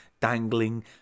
dangling